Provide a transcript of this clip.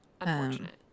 unfortunate